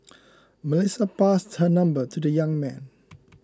Melissa passed her number to the young man